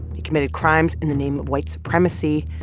he committed crimes in the name of white supremacy.